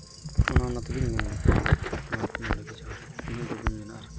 ᱚᱱᱮ ᱚᱱᱟ ᱛᱮᱜᱤᱧ ᱢᱮᱱ ᱮᱫᱟ ᱱᱤᱭᱟᱹ ᱠᱚᱜᱤᱧ ᱢᱮᱱᱟ ᱟᱨᱠᱤ